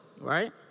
Right